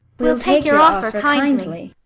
we'll take your offer kindly.